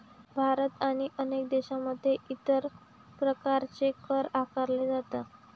भारत आणि अनेक देशांमध्ये इतर प्रकारचे कर आकारले जातात